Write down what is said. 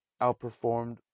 outperformed